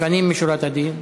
לפנים משורת הדין.